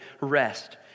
rest